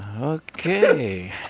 Okay